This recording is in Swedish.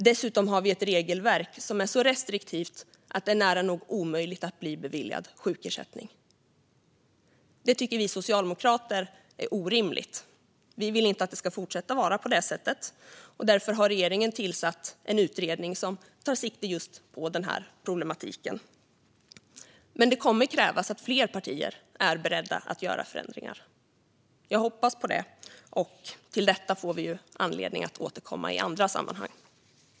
Dessutom har vi ett regelverk som är så restriktivt att det är nära nog omöjligt att bli beviljad sjukersättning. Detta tycker vi socialdemokrater är orimligt. Vi vill inte att det ska fortsätta att vara på det sättet. Därför har regeringen tillsatt en utredning som tar sikte just på den här problematiken. Men det kommer att krävas att fler partier är beredda att göra förändringar. Jag hoppas på det. Till detta får vi ju anledning att återkomma i andra sammanhang.